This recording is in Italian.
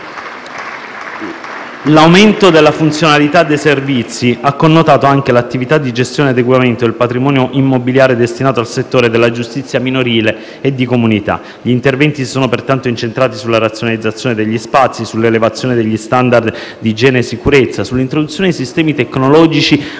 L'aumento della funzionalità dei servizi ha connotato anche l'attività di gestione e adeguamento del patrimonio immobiliare destinato al settore della giustizia minorile e di comunità. Gli interventi si sono pertanto incentrati sulla razionalizzazione degli spazi, sull'elevazione degli *standard* di igiene e sicurezza, sull'introduzione di sistemi tecnologici avanzati